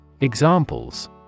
Examples